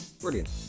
brilliant